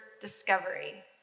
discovery